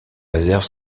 réserves